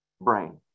brain